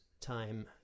time